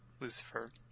Lucifer